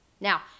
now